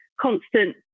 constant